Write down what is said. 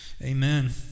Amen